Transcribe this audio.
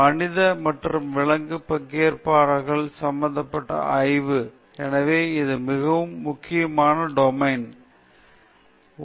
மனித மற்றும் விலங்கு பங்கேற்பாளர்கள் சம்பந்தப்பட்ட ஆய்வு எனவே இது மிகவும் முக்கிய டொமைன் மிகவும் முக்கியமான டொமைன் விலங்குகள் மற்றும் மனிதர்கள் சம்பந்தப்பட்ட போது மிகவும் கவனமாக இருக்க வேண்டும்